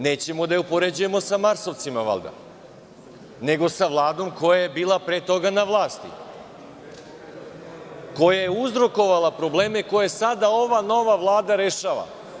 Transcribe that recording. Nećemo da je upoređujemo sa marsovcima valjda, nego sa Vladom koja je bila pre toga na vlasti, koja je uzrokovala probleme koje sada ova nova Vlada rešava.